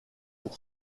pour